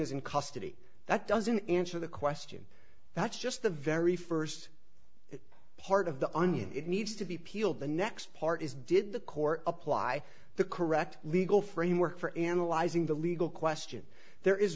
is in custody that doesn't answer the question that's just the very first part of the onion it needs to be peeled the next part is did the court apply the correct legal framework for analyzing the legal question there is